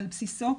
על בסיסו,